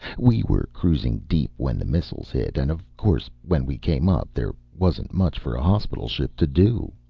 we were cruising deep when the missiles hit, and, of course, when we came up, there wasn't much for a hospital ship to do.